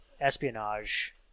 espionage